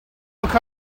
look